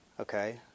Okay